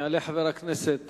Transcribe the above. יעלה חבר הכנסת